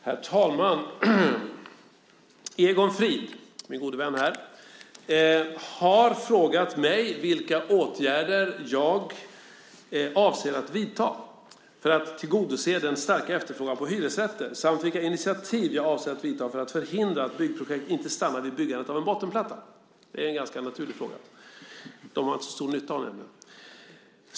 Herr talman! Egon Frid - min gode vän här - har frågat mig vilka åtgärder jag avser att vidta för att tillgodose den starka efterfrågan på hyresrätter samt vilka initiativ jag avser att vidta för att förhindra att byggprojekt stannar vid byggandet av en bottenplatta. Det är en ganska naturlig fråga. Dem har man nämligen inte så stor nytta av.